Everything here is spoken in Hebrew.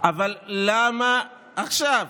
אבל למה עכשיו?